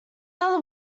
other